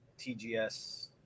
TGS